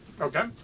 Okay